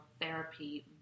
therapy